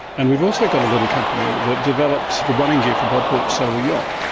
and we've also got a little company that developed the running gear for bob hawke's solar yacht.